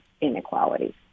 inequality